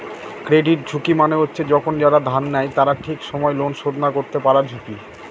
credit ঝুঁকি মানে হচ্ছে যখন যারা ধার নেয় তারা ঠিক সময় লোন শোধ না করতে পারার ঝুঁকি